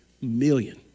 million